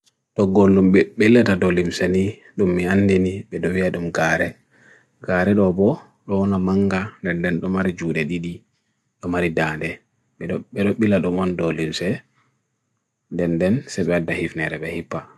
Togo nnum bila da dolimsani, nnum yandini, bhi doya nnum kare. Kare dobo rona manga, nnden tumari jure di di, tumari dadhe. Bila dumon dolimse, nnden sebeda hifne rebehipa.